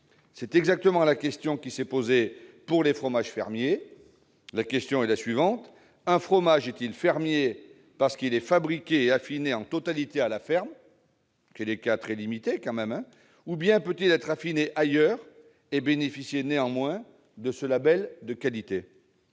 C'est exactement la question qui s'est posée pour les fromages fermiers. Un fromage est-il fermier parce qu'il est fabriqué et affiné en totalité à la ferme ? Les cas sont tout de même très limités. Ou bien peut-il être affiné ailleurs et bénéficier néanmoins de ce label de qualité ?